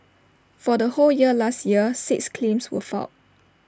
for the whole year last year six claims were filed